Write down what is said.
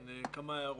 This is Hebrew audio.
יש לי כמה הערות.